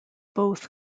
both